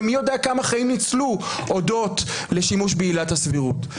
ומי יודע כמה חיים ניצלו אודות לשימוש בעילת הסבירות.